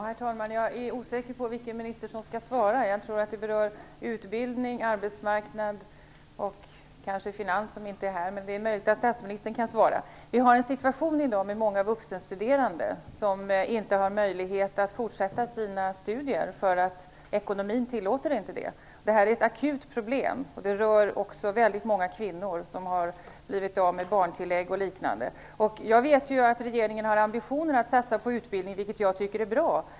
Herr talman! Jag är osäker på vilken minister det är som skall svara på min fråga. Jag tror att den berör utbildnings och arbetsmarknadsministern och kanske finansministern, vilken inte är här, men det är möjligt att statsministern kan besvara den. Vi har i dag en situation med många vuxenstuderande som inte har möjlighet att fortsätta sina studier därför att ekonomin inte tillåter det. Detta är ett akut problem, som också rör väldigt många kvinnor som har blivit av med barntillägg och liknande. Jag vet ju att regeringen har ambitioner att satsa på utbildning, vilket jag tycker är bra.